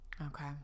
okay